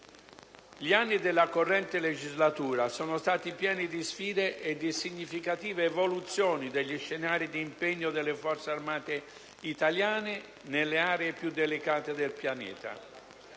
Gli anni della corrente legislatura sono stati pieni di sfide e di significative evoluzioni degli scenari d'impegno delle Forze armate italiane nelle aree più delicate del pianeta.